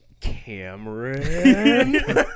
Cameron